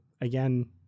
Again